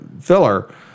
filler